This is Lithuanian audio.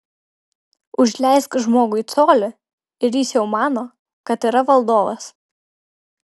užleisk žmogui colį ir jis jau mano kad yra valdovas